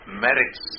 merits